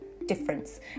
difference